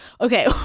Okay